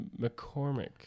McCormick